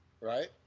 right